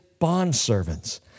bondservants